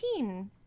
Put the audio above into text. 19